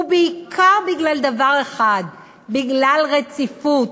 ובעיקר בגלל דבר אחד: בגלל רציפות.